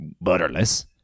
butterless